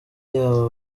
yabo